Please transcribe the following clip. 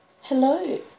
Hello